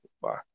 Bye